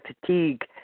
fatigue